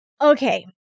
Okay